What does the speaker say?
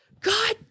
God